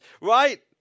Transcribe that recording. Right